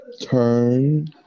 turn